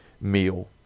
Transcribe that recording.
meal